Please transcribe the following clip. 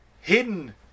hidden